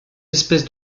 espèces